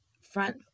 front